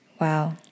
Wow